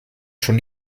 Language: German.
schon